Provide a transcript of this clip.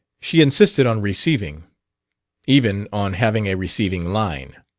she insisted on receiving even on having a receiving line.